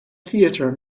theatre